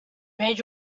made